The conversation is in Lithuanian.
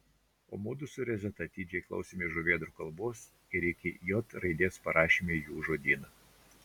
o mudu su rezeta atidžiai klausėmės žuvėdrų kalbos ir iki j raidės parašėme jų žodyną